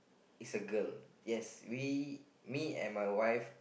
is a girl yes we me and my wife